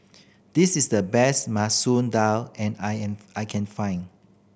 this is the best Masoor Dal and I am I can find